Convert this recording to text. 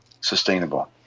sustainable